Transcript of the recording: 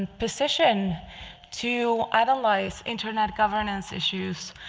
and position to idolize internet governance issues